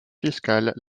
fiscales